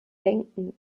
denken